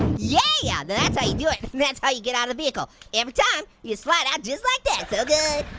yeah yeah, now that's how you do it. and that's how you get out of the vehicle. every time you slide out just like that, so good.